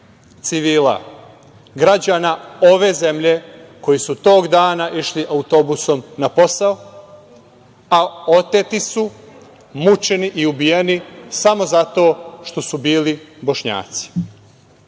civila, građana ove zemlje koji su tog dana išli autobusom na posao, a oteti su, mučeni i ubijeni samo zato što su bili Bošnjaci. Opet